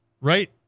Right